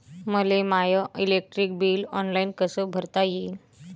मले my electric bill online कस भरता येईन?